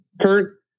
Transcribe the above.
Kurt